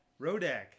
Rodak